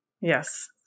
Yes